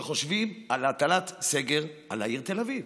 שחושבים על הטלת סגר על העיר תל אביב.